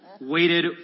waited